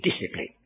discipline